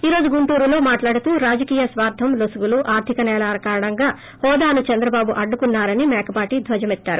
ఈ రోజు గుంటూరు లో మాట్టాడుతూ రాజకీయ స్వార్లం లొసుగులు ఆర్గిక నేరాల కారణంగా హోదాను చంద్రబాటు అడ్లుకున్నారని మేకపాటి ధ్వజమెత్తారు